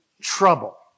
trouble